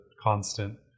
constant